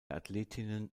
athletinnen